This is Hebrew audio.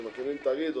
כשמקימים תאגיד,